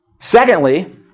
Secondly